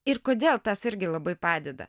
ir kodėl tas irgi labai padeda